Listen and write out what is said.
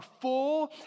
full